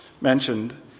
mentioned